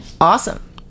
Awesome